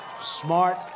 Smart